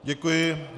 Děkuji.